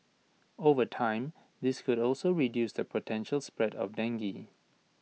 over time this could also reduce the potential spread of dengue